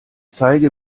zeige